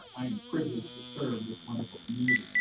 privilege to serve this wonderful community.